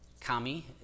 kami